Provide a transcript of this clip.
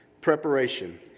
Preparation